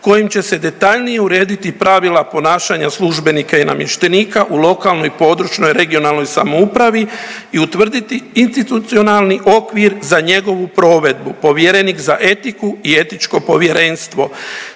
kojim će se detaljnije urediti pravila ponašanja službenika i namještenika u lokalnoj i područnoj (regionalnoj) samoupravi i utvrditi institucionalni okvir za njegovu provedbu, povjerenik za etiku i etičko povjerenstvo